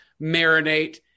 marinate